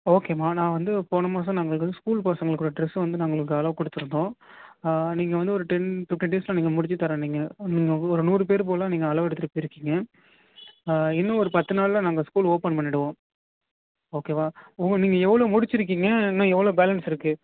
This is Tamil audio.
ஓகே மா நான் வந்து போன மாதம் நாங்கள் வந்து ஸ்கூல் பசங்களுக்குள்ளே ட்ரஸை வந்து நாங்கள் உங்களுக்கு அளவு கொடுத்துருந்தோம் நீங்கள் வந்து ஒரு டென் ஃபிஃப்ட்டின் டேஸில் நீங்கள் முடிச்சு தரேன்னீங்க ஒரு நூறு பேர் போல் நீங்கள் அளவெடுத்துட்டு போயிருக்கிங்க இன்னும் ஒரு பத்து நாளில் நாங்கள் ஸ்கூல் ஓப்பன் பண்ணிடுவோம் ஓகேவா உங்கள் நீங்கள் எவ்வளோ முடிச்சுருக்கீங்க இன்னும் எவ்வளோ பேலன்ஸ் இருக்குது